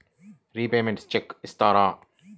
Repayments check చేస్తారా?